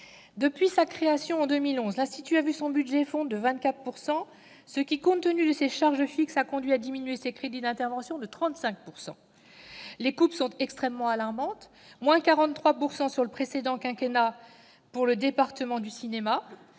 Depuis sa création, en 2011, l'Institut a vu son budget fondre de 24 %, ce qui, compte tenu de ses charges fixes, a conduit à diminuer ses crédits d'intervention de 35 %. Les coupes sont extrêmement alarmantes : 43 % de baisse au cours du précédent quinquennat pour le département du cinéma,